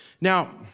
Now